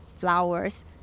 flowers